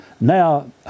Now